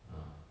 ah